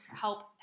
help